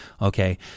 Okay